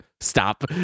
stop